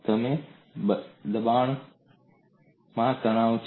તમે દબાણમાં તણાવ છે